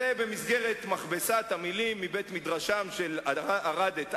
זה במסגרת מכבסת המלים מבית-מדרשם של ארד את אדלר,